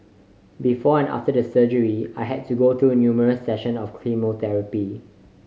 before and after the surgery I had to go through numerous session of chemotherapy